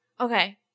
Okay